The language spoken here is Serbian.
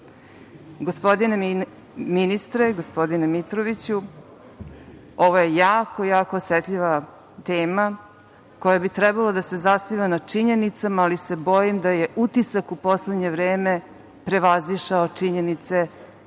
izbori. Gospodine ministre, gospodine Mitroviću, ovo je jako osetljiva tema koja bi trebala da se zasniva na činjenicama, ali se bojim da je utisak u poslednje vreme prevazišao činjenice o kojima